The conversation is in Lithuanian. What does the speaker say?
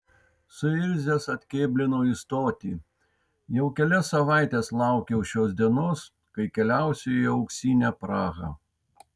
suirzęs atkėblinau į stotį jau kelias savaites laukiau šios dienos kai keliausiu į auksinę prahą